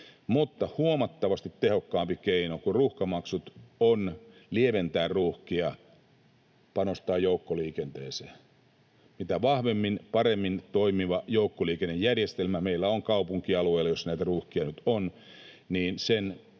mutta huomattavasti tehokkaampi keino kuin ruuhkamaksut on lieventää ruuhkia, panostaa joukkoliikenteeseen. Mitä vahvemmin, paremmin toimiva joukkoliikennejärjestelmä meillä on kaupunkialueilla, joissa näitä ruuhkia nyt on, sitä